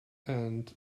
and